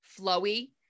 flowy